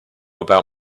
about